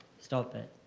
stop it.